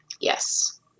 Yes